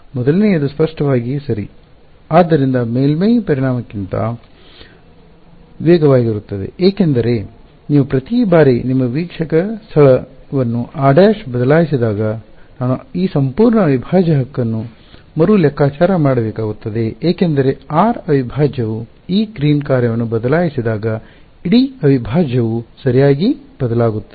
ಮೊದಲನೆಯದು ಸ್ಪಷ್ಟವಾಗಿ ಸರಿ ಆದ್ದರಿಂದ ಮೇಲ್ಮೈ ಪರಿಮಾಣಕ್ಕಿಂತ ವ್ಯಾಲ್ಯುಮ್ ಗಿಂತ ವೇಗವಾಗಿರುತ್ತದೆ ಏಕೆಂದರೆ ನೀವು ಪ್ರತಿ ಬಾರಿ ನಿಮ್ಮ ವೀಕ್ಷಕ ಸ್ಥಳವನ್ನು r′ ಬದಲಾಯಿಸಿದಾಗ ನಾನು ಈ ಸಂಪೂರ್ಣ ಅವಿಭಾಜ್ಯ ಹಕ್ಕನ್ನು ಮರು ಲೆಕ್ಕಾಚಾರ ಮಾಡಬೇಕಾಗುತ್ತದೆ ಏಕೆಂದರೆ r ಅವಿಭಾಜ್ಯವು ಈ ಗ್ರೀನ್ ಕಾರ್ಯವನ್ನು ಬದಲಾಯಿಸಿದಾಗ ಇಡೀ ಅವಿಭಾಜ್ಯವು ಸರಿಯಾಗಿ ಬದಲಾಗುತ್ತದೆ